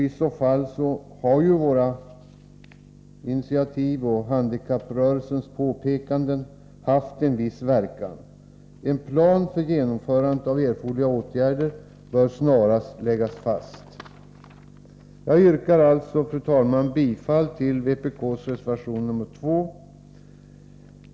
I så fall har våra initiativ samt handikapprörelsens påpekanden haft en viss verkan. En plan för genomförandet av erforderliga åtgärder bör snarast läggas fast. Fru talman! Jag yrkar alltså bifall till vpk:s reservation 2.